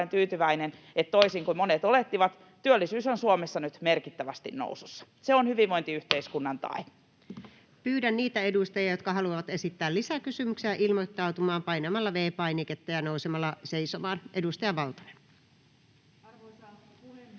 tyytyväinen, että toisin kuin monet olettivat, työllisyys on Suomessa nyt merkittävästi nousussa. Se on hyvinvointiyhteiskunnan tae. Pyydän niitä edustajia, jotka haluavat esittää lisäkysymyksiä, ilmoittautumaan painamalla V-painiketta ja nousemalla seisomaan. — Edustaja Valtonen. Arvoisa puhemies...